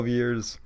years